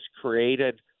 created